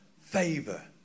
favor